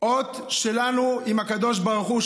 האות שלנו עם הקדוש ברוך הוא,